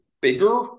bigger